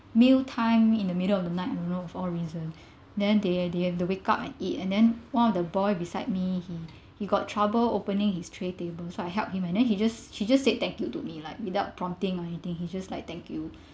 mealtime in the middle of the night i don't know for a reason then they they have to wake up and eat and then one of the boy beside me he he got trouble opening his tray table so I helped him and then he just he just say thank you to me like without prompting or anything he just like thank you